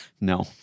No